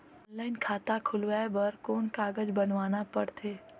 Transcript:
Online खाता खुलवाय बर कौन कागज बनवाना पड़थे?